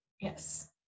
Yes